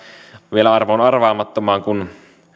vielä arvoon arvaamattomaan kun